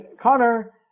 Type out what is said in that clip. connor